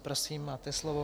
Prosím, máte slovo.